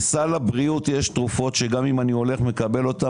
בסל הבריאות יש תרופות שגם אם אני הולך ומקבל אותן,